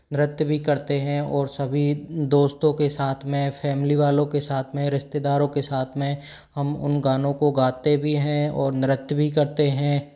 नृत्य भी करते हैं और सभी दोस्तों के साथ में फ़ैमिली वालों के साथ में रिश्तेदारों के साथ में हम उन गानों को गाते भी हैं और नृत्य भी करते हैं